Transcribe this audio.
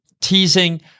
teasing